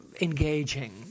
engaging